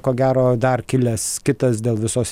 ko gero dar kilęs kitas dėl visos